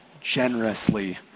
generously